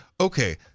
okay